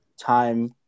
time